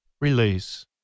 Release